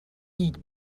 eat